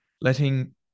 Letting